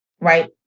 right